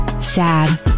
sad